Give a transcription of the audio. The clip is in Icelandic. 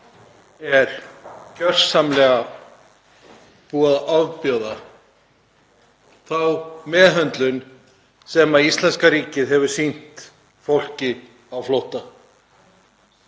er gjörsamlega búið að ofbjóða sú meðhöndlun sem íslenska ríkið hefur sýnt fólki á flótta.